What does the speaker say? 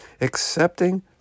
accepting